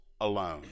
alone